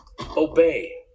obey